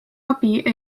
abi